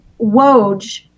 Woj